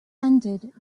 ended